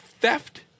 theft